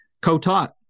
co-taught